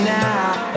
now